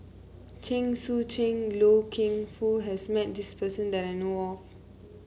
Chen Sucheng Loy Keng Foo has met this person that I know of